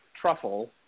truffle